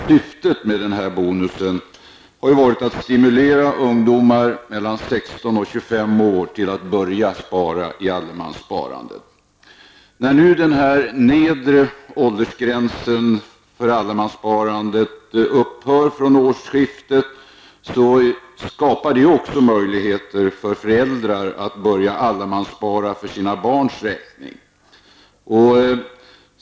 Syftet med denna bonus har varit att stimulera ungdomar mellan 16 och 25 år till att börja spara i allemanssparandet. När nu den nedre gränsen för allemanssparandet upphör att gälla från årskiftet skapar detta möjligheter för föräldrar att börja allemansspara för sina barns räkning.